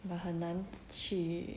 but 很难去